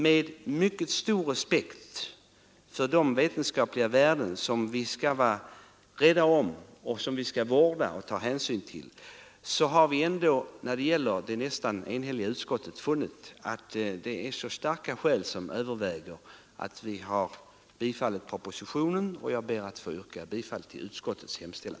Med mycket stor respekt för de vetenskapliga värden som vi skall vara rädda om, vårda och ta hänsyn till har vi ändå i utskottet funnit starka skäl tala för ett bifall till propositionen. Jag ber, herr talman, att få yrka bifall till utskottets hemställan.